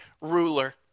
ruler